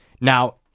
Now